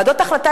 ועדות החלטה,